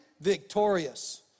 victorious